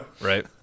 Right